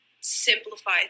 simplify